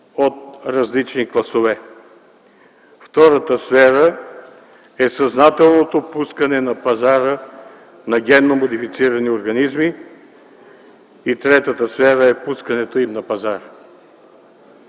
от различни класове. Втората сфера е съзнателното пускане на пазара на генно модифицирани организми. И третата сфера е пускането им на пазара.